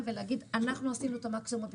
ולהגיד: אנחנו עשינו את המקסימום בשבילך.